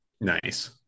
Nice